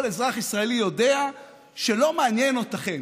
כל אזרח ישראלי יודע שלא מעניינים אתכם,